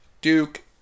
Duke